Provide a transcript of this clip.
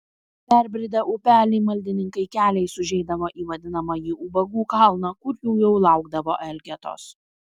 perbridę upelį maldininkai keliais užeidavo į vadinamąjį ubagų kalną kur jų jau laukdavo elgetos